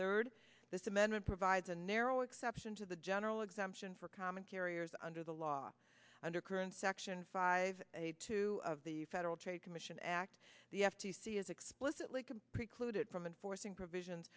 third this amendment provides a narrow exception to the general exemption for common carriers under the law under current section five eight two of the federal trade commission act the f t c is explicitly can precluded from enforcing provisions